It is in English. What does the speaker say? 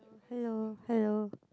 hello hello